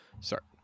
start